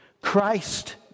Christ